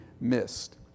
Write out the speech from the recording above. missed